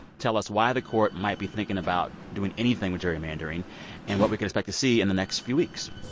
tell us why the court might be thinking about doing anything with gerrymandering and what we can expect to see in the next few weeks